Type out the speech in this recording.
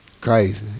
Crazy